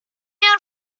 out